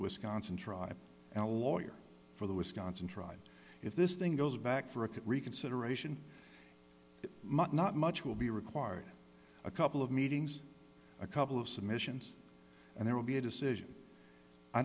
wisconsin tribe and a lawyer for the wisconsin tried if this thing goes back for a quick reconsideration not much will be required a couple of meetings a couple of submissions and there will be a decision i